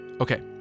Okay